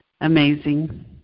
Amazing